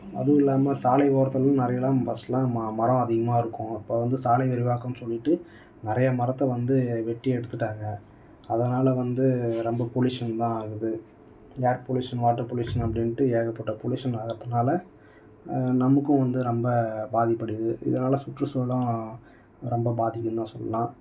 அதுவும் இல்லாமல் சாலை ஓரத்தில் நிறையலாம் ஃபர்ஸ்ட்லாம் மரம் அதிகமாக இருக்கும் அப்போ வந்து சாலை விரிவாக்கம் சொல்லிகிட்டு நிறைய மரத்தை வந்து வெட்டி எடுத்துட்டாங்க அதனால் வந்து ரொம்ப பொல்யூஷன் தான் ஆகுது ஏர் பொல்யூஷன் வாட்டர் பொல்யூஷன் அப்படின்ட்டு ஏகப்பட்ட பொல்யூஷன் ஆகிறத்துனால நமக்கும் வந்து ரொம்ப பாதிப்பு அடையுது இதனால் சுற்றுச்சூழலும் ரொம்ப பாதிக்குதுனு தான் சொல்லலாம்